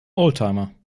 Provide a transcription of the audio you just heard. oldtimer